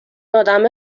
آدم